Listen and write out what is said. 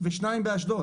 ושניים באשדוד.